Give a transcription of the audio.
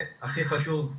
והכי חשוב,